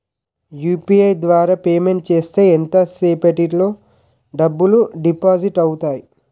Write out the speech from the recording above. UPI ద్వారా payment చేస్తే ఎంత సేపటిలో డబ్బులు డిపాజిట్ అవుతాయి?